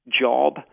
job